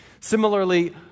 Similarly